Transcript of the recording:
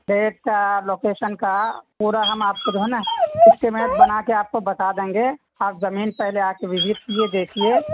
rate کا location کا پورا ہم آپ کو جو ہے نہ اسٹیمیٹ بنا کے آپ کو بتا دیں گے اور زمین پہلے آپ وزٹ کیجیے دیکھیے